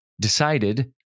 decided